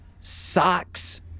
socks